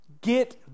get